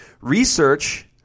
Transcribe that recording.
research